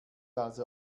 also